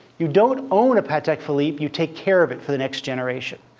you don't own a patek phillippe. you take care of it for the next generation.